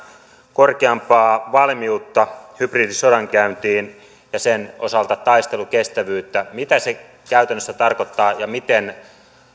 korkeampaa valmiutta hybridisodankäyntiin ja sen osalta taistelukestävyyttä mitä se käytännössä tarkoittaa ja miten